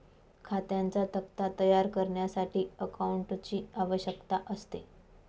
खात्यांचा तक्ता तयार करण्यासाठी अकाउंटंटची आवश्यकता असते